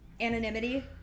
Anonymity